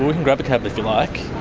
can grab a cab, if you like.